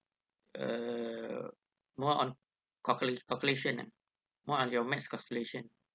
uh more on calculate calculation ah more on your maths calculation